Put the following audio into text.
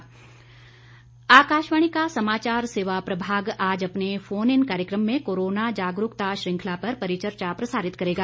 corona जागरूकता आकाशवाणी का समाचार सेवा प्रभाग आज अपने फोन इन कार्यक्रम में कोरोना जागरूकता श्रंखला पर परिचर्चा प्रसारित करेगा